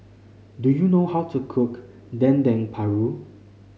do you know how to cook Dendeng Paru